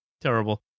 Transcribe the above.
terrible